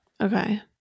Okay